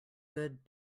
good